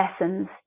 lessons